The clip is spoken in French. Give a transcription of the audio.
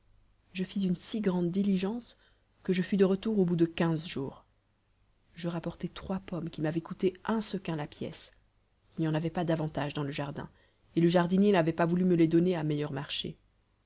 je fis une si grande diligence que je fus de retour au bout de quinze jours je rapportai trois pommes qui m'avaient coûté un sequin la pièce il n'y en avait pas davantage dans le jardin et le jardinier n'avait pas voulu me les donner à meilleur marché